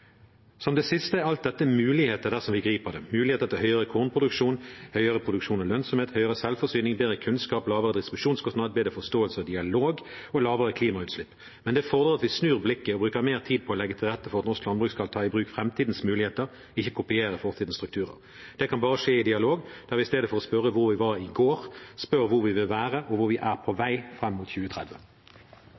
Som det siste er alt dette muligheter dersom vi griper dem – muligheter til høyere kornproduksjon, høyere produksjon og lønnsomhet, høyere selvforsyning, bedre kunnskap, lavere distribusjonskostnad, bedre forståelse og dialog og lavere klimautslipp. Men det fordrer at vi snur blikket og bruker mer tid på å legge til rette for at norsk landbruk skal ta i bruk framtidens muligheter, ikke kopiere fortidens strukturer. Det kan bare skje i dialog, der vi i stedet for å spørre hvor vi var i går, spør hvor vi vil være, og hvor vi er på vei fram mot 2030.